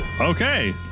Okay